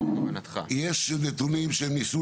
יש נתונים שניסו